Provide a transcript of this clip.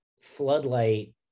Floodlight